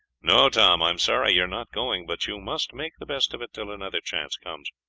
no, tom, i am sorry you are not going, but you must make the best of it till another chance comes.